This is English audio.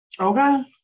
okay